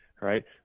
right